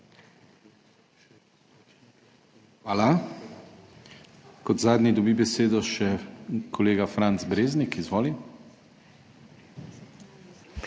Kot zadnji dobi besedo še kolega Franc Breznik. Izvoli.